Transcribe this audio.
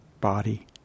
body